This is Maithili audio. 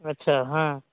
अच्छा हँ